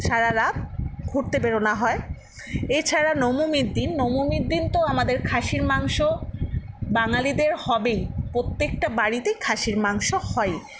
সারা রাত ঘুরতে বেরনো হয় এ ছাড়া নবমীর দিন নবমীর দিন তো আমাদের খাসির মাংস বাঙালিদের হবেই প্রত্যেকটা বাড়িতে খাসির মাংস হয়ই